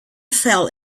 fell